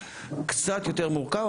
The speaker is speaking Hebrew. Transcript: קצת יותר מורכב,